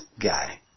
guy